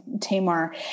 Tamar